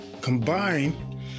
combine